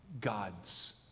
God's